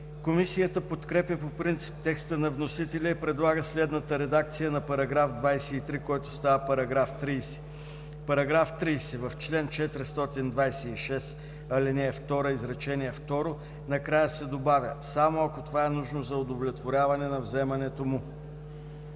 Комисията подкрепя по принцип текста на вносителя и предлага следната редакция на § 23, който става § 30: „§ 30. В чл. 426, ал. 2, изречение второ накрая се добавя „само ако това е нужно за удовлетворяване на вземането му“.“